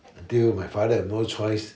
until my father has no choice